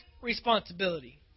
responsibility